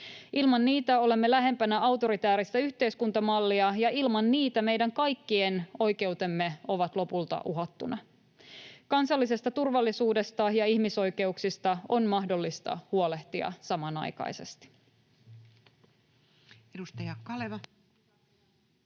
Ilman niitä olemme lähempänä autoritääristä yhteiskuntamallia, ja ilman niitä meidän kaikkien oikeudet ovat lopulta uhattuina. Kansallisesta turvallisuudesta ja ihmisoikeuksista on mahdollista huolehtia samanaikaisesti.